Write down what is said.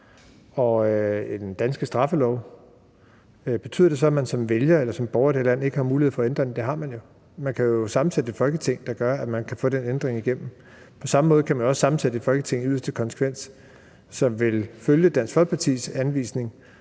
i den danske straffelov, men betyder det så, at man som vælger, som borger i det her land ikke har mulighed for at ændre den? Det har man jo. Man kan jo sammensætte et Folketing, der gør, at man kan få den ændring igennem. På samme måde kan man også i yderste konsekvens sammensætte et Folketing, som vil følge Dansk Folkepartis anvisning